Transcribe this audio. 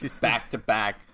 Back-to-back